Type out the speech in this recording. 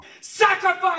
Sacrifice